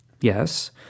Yes